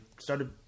started